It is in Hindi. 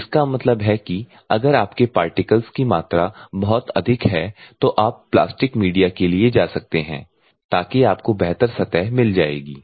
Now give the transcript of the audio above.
तो इसका मतलब है कि अगर आपके पार्टिकल्स की मात्रा बहुत अधिक है तो आप प्लास्टिक मीडिया के लिए जा सकते हैं ताकि आपको बेहतर सतह मिल जाएगी